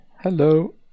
Hello